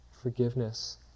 forgiveness